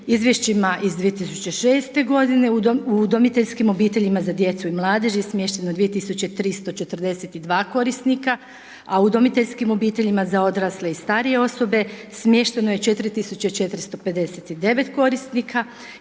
izvješće iz 2006. g., u udomiteljskim obiteljima za djecu i mladež je smješteno 2342 korisnika a u udomiteljskim obiteljima za odrasle i starije osobe smješteno je 4459 korisnika.